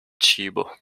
cibo